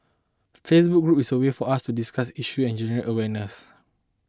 the Facebook group is a way for us to discuss issues and generate awareness